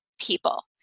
people